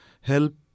help